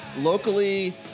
Locally